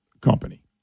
company